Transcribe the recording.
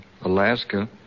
Alaska